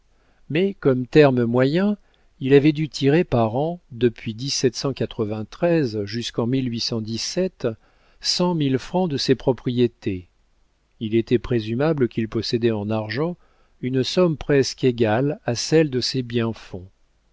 mais comme terme moyen il avait dû tirer par an depuis jusqu'en cent mille francs de ses propriétés il était présumable qu'il possédait en argent une somme presque égale à celle de ses biens-fonds